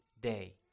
day